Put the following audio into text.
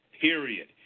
period